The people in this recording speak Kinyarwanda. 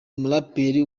umuraperi